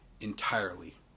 entirely